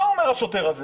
מה אומר השוטר הזה